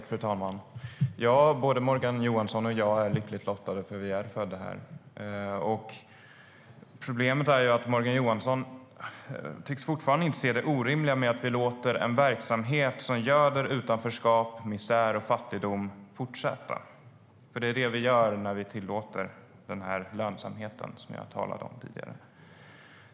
Fru talman! Både Morgan Johansson och jag är lyckligt lottade, för vi är födda här. Problemet är att Morgan Johansson fortfarande inte tycks inse det orimliga i att vi låter en verksamhet som göder utanförskap, misär och fattigdom fortsätta. För det är det vi gör när vi tillåter den lönsamhet som jag talade om tidigare.